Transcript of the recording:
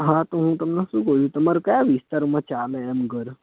હા તો હું તમને શું કહું છું તમારે કયા વિસ્તારમાં ચાલે એમ ઘર